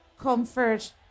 comfort